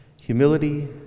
humility